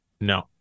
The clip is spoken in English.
No